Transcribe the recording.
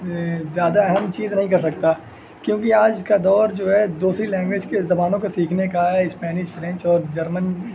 زیادہ اہم چیز نہیں کر سکتا کیونکہ آج کا دور جو ہے دوسری لینگویج کے زبانوں کو سیکھنے کا ہے اسپینش فرینچ اور جرمن